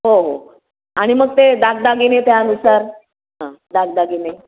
हो हो आणि मग ते दागदाागिने त्यानुसार हां दागदागिने